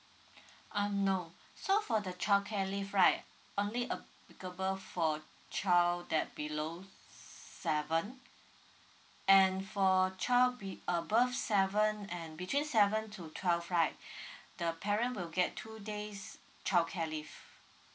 um no so for the childcare leave right only applicable for child that below seven and four child be above seven and between seven to twelve right the parent will get two days childcare leave